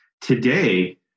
Today